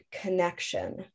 connection